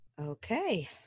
Okay